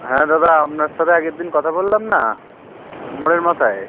হ্যাঁ দাদা আপনার সাথে আগের দিন কথা বললাম না মোড়ের মাথায়